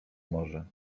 może